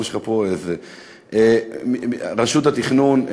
רשות התכנון,